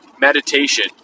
meditation